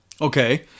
Okay